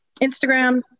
Instagram